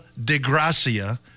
DeGracia